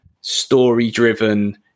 story-driven